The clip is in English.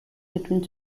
between